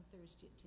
Thursday